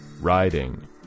riding